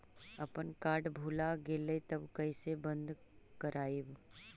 अपन कार्ड भुला गेलय तब कैसे बन्द कराइब?